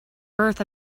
earth